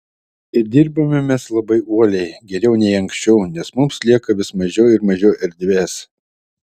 ir dirbame mes labai uoliai geriau nei anksčiau nes mums lieka vis mažiau ir mažiau erdvės